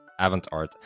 AvantArt